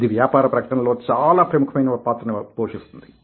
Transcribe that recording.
ఇది వ్యాపార ప్రకటనలలో చాలా ప్రముఖమైన పాత్రని పోషిస్తుంది